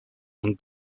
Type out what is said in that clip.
und